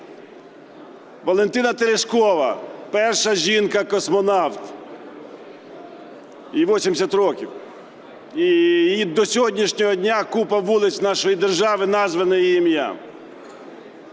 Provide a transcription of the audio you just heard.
Валентина Терешкова – перша жінка-космонавт, їй 80 років, і до сьогоднішнього дня купа вулиць нашої держави названа її ім'ям.